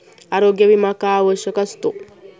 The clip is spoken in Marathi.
आरोग्य विमा का आवश्यक असतो?